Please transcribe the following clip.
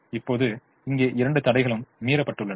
இப்போது இங்கே இரண்டு தடைகளும் மீறப்பட்டுள்ளன